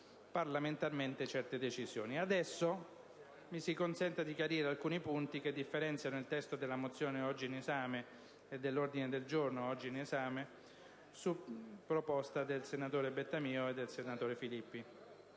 parlamentarmente certe decisioni. Adesso, mi si consenta di chiarire alcuni punti che differenziano il testo della mozione e dell'ordine del giorno oggi in esame, su proposta dei senatori Bettamio ed altri.